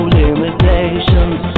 limitations